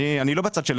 אני לא בצד שלהם.